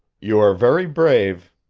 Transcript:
you are very brave,